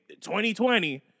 2020